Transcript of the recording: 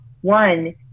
one